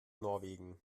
norwegen